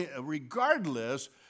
regardless